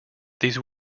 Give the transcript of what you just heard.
these